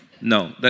No